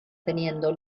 teniendo